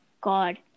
God